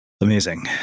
Amazing